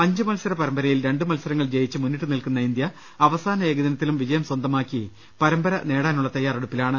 അഞ്ചുമത്സര പരമ്പരയിൽ രണ്ടു മത്സരങ്ങൾ ജയിച്ച് മുന്നിട്ട് നിൽക്കുന്ന ഇന്ത്യ അവസാന ഏകദിനത്തിലും വിജയം സ്വന്തമാക്കി പ്രമ്പര നേടാനുള്ള തയ്യാ റെടുപ്പിലാണ്